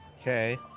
Okay